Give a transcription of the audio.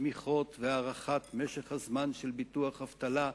תמיכות והארכת משך הזמן של ביטוח אבטלה וכדומה.